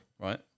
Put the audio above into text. Right